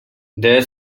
their